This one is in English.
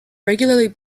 regularly